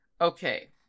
Okay